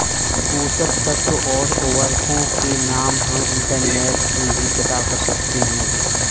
पोषक तत्व और उर्वरकों के नाम हम इंटरनेट से भी पता कर सकते हैं